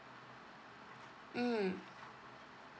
mm